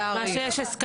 יש.